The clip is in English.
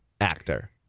actor